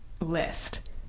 list